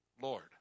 Lord